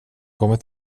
kommer